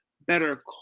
better